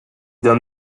d’un